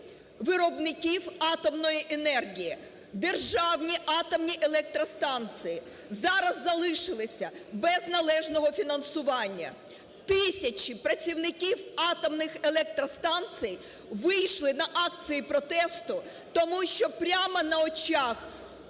виробників атомної енергії. Державні атомні електростанції зараз залишилися без належного фінансування. Тисячі працівників атомних електростанцій вийшли на акції протесту, тому що прямо на очах